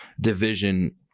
division